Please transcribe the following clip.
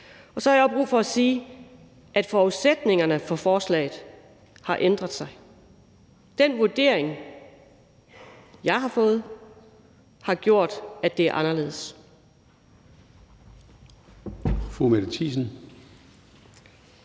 Så har jeg også brug for at sige, at forudsætningerne for forslaget har ændret sig. Den vurdering, jeg har fået, har gjort, at det er anderledes.